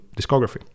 discography